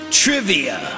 trivia